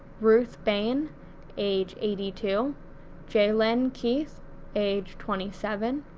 ruth bain age eighty two jaylynn keith age twenty seven,